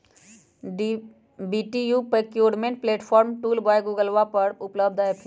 B two B procurement platform tool by गूगलवा पर उपलब्ध ऐप हई